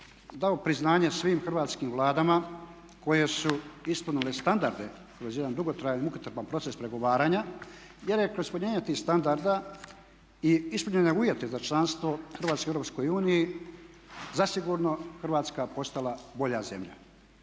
dao priznanje svim hrvatskim Vladama koje su ispunile standarde kroz jedan dugotrajan, mukotrpan proces pregovaranja jer je kroz ispunjenje tih standarda i ispunjenje uvjeta za članstvo Hrvatske Europskoj uniji zasigurno Hrvatska postala bolja zemlja.